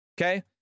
Okay